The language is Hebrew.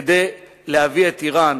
כדי להביא את אירן